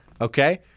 Okay